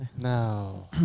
No